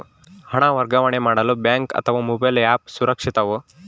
ಹಣ ವರ್ಗಾವಣೆ ಮಾಡಲು ಬ್ಯಾಂಕ್ ಅಥವಾ ಮೋಬೈಲ್ ಆ್ಯಪ್ ಸುರಕ್ಷಿತವೋ?